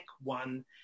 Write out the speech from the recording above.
one